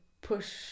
push